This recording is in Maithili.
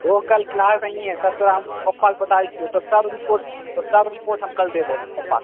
तों कल क्लास अहिहे तब तोरा हम पप्पा के बतेबै छियौ सब रिपोर्ट हम कल देबौ पप्पा के